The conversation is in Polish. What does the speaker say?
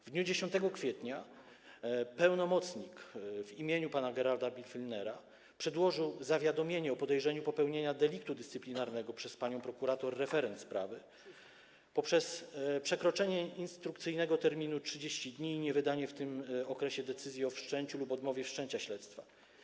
W dniu 10 kwietnia pełnomocnik w imieniu pana Geralda Birgfellnera przedłożył zawiadomienie o podejrzeniu popełnienia deliktu dyscyplinarnego przez panią prokurator referent sprawy poprzez przekroczenie instrukcyjnego terminu 30 dni i niewydanie w tym okresie decyzji o wszczęciu lub odmowie wszczęcia śledztwa.